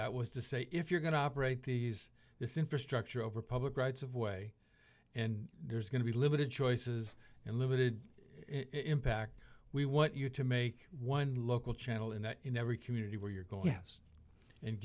that was to say if you're going to operate these this infrastructure over public rights of way and there's going to be limited choices and limited impact we want you to make one local channel in that in every community where you're going